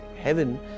heaven